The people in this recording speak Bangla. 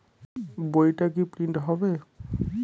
বইটা কি প্রিন্ট হবে?